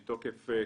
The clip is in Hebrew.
מתוקף כך,